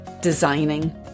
designing